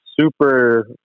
super